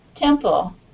temple